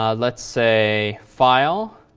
um let's say file,